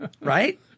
right